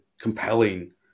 compelling